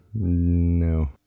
no